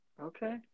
Okay